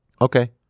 Okay